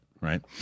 right